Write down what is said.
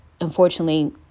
unfortunately